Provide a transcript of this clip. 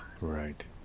Right